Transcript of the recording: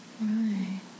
Right